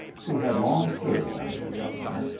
who had long served under the governor,